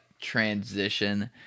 transition